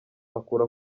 akura